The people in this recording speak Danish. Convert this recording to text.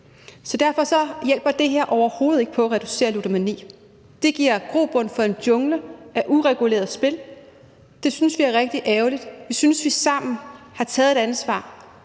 Så derfor hjælper det her overhovedet ikke på at reducere ludomani, men det giver grobund for en jungle af uregulerede spil, og det synes vi er rigtig ærgerligt, for vi synes, at vi sammen har taget et ansvar.